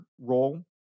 role